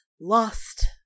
lost